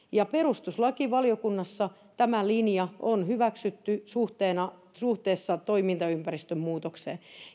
ja perustuslakivaliokunnassa tämä linja on hyväksytty suhteessa suhteessa toimintaympäristön muutokseen